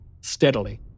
steadily